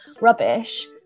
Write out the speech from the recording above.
rubbish